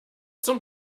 zum